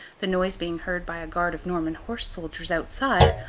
the noise being heard by a guard of norman horse-soldiers outside,